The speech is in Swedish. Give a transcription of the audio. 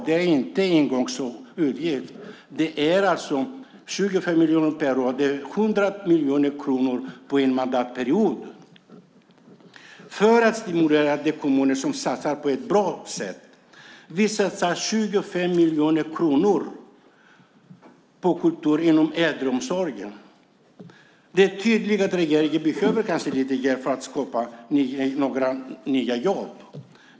Det är inte en engångssumma i budgeten. Det är alltså 100 miljoner kronor på en mandatperiod för att stimulera de kommuner som satsar på ett bra sätt. Vi satsar 25 miljoner kronor på kultur inom äldreomsorgen. Det är tydligt att regeringen behöver lite hjälp med att skapa nya jobb.